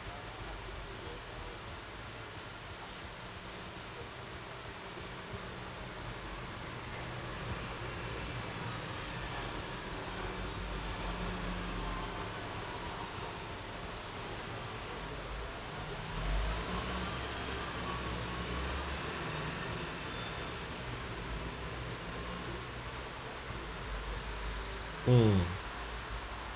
hmm